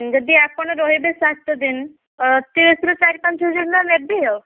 ଯଦି ଆପଣ ରହିବେ ସାତ ଦିନ ଅତି ବେଶୀରେ ଚାରି ପାଞ୍ଚ ହଜାର ଟଙ୍କା ନେବି ଆଉ